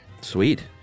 Sweet